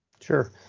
Sure